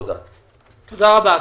תודה רבה.